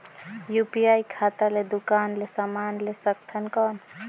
UPI खाता ले दुकान ले समान ले सकथन कौन?